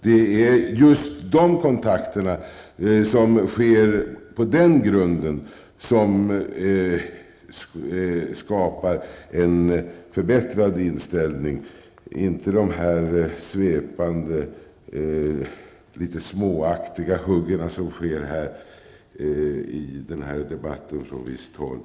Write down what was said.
Det är just de kontakter som sker på den grunden som skapar en förbättrad inställning, inte de här svepande, litet småaktiga huggen som kommer i denna debatt från visst håll.